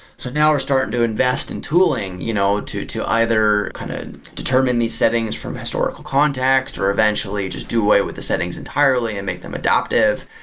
so now we're starting to invest in tooling you know to to either kind of determine these settings from historical context or eventually just do away with the settings entirely and make them adaptive.